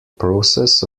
process